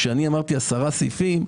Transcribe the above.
כשאני אמרתי עשרה סעיפים,